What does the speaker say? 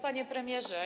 Panie Premierze!